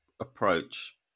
approach